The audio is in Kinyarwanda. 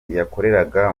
yakoreraga